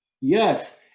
yes